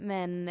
Men